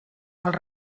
els